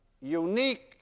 unique